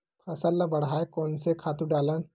फसल ल बढ़ाय कोन से खातु डालन?